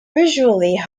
visually